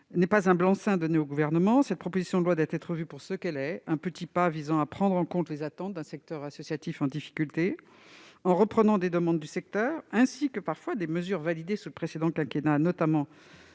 pas un blanc-seing donné au Gouvernement ; cette proposition de loi doit être vue pour ce qu'elle est : un petit pas visant à prendre en compte les attentes d'un secteur associatif en difficulté. En reprenant des demandes du secteur ainsi que des mesures adoptées sous le précédent quinquennat, notamment